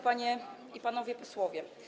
Panie i Panowie Posłowie!